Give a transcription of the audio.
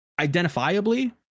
identifiably